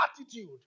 attitude